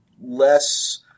less